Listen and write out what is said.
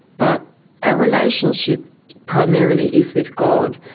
but our relationship primarily is with god.